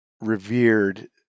revered